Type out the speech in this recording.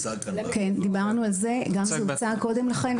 כן, דיברנו על זה, זה גם הוצג קודם לכן.